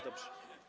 Dobrze.